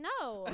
No